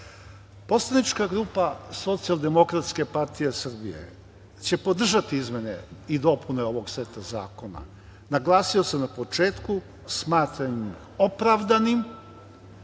to. Poslanička grupa Socijaldemokratske partije Srbije će podržati izmene i dopune ovog seta zakona. Naglasio sam na početku, smatramo ih opravdanim.